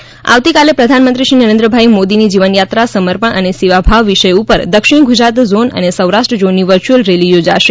સેવા સપ્તાહ કાર્યક્રમ અંતર્ગતઆવતીકાલે પ્રધાનમંત્રી શ્રી નરેન્દ્રભાઈ મોદીની જીવનયાત્રા સમર્પણ અને સેવાભાવ વિષય ઉપર દક્ષિણ ગુજરાત ઝોન અનેસૌરાષ્ટ્ર ઝોનની વર્ચ્યુઅલ રેલી યોજાશે